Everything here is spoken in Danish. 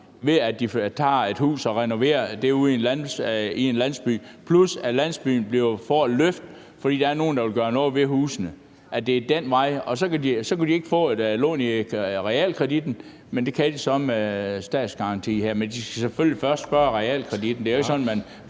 ved at de køber et hus ude i en landsby og renoverer det, plus at landsbyen får et løft, fordi der er nogen, der vil gøre noget ved husene. Så kan de ikke få et realkreditlån, men det kan de så her med statsgaranti – men de skal selvfølgelig først spørge realkreditinstituttet.